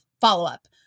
follow-up